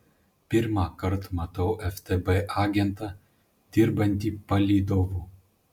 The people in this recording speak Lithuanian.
pirmąkart matau ftb agentą dirbantį palydovu